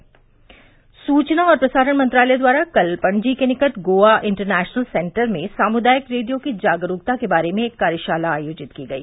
श्र सूचना और प्रसारण मंत्रालय द्वारा कल पणजी के निकट गोवा इंटरनेशनल सेंटर में सामुदायिक रेडियो की जागरूकता के बारे में एक कार्यशाला आयोजित की गई